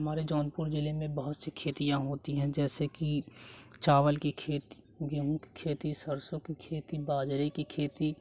हमारे जौनपुर जिले में बहुत सी खेतियाँ होती हैं जैसे कि चावल कि खेत गेहूँ की खेती सरसों कि खेती बाजरे कि खेती